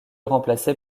remplacé